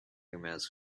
emails